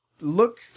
Look